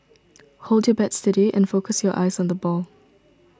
hold your bat steady and focus your eyes on the ball